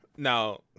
Now